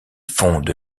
fonde